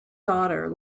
daughter